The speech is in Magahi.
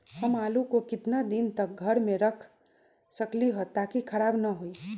हम आलु को कितना दिन तक घर मे रख सकली ह ताकि खराब न होई?